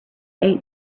ate